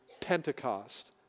Pentecost